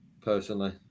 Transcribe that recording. personally